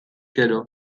gero